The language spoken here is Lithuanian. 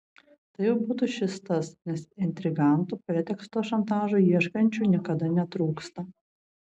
tai jau būtų šis tas nes intrigantų preteksto šantažui ieškančių niekada netrūksta